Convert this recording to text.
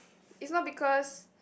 it's not because